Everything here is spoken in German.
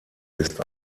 ist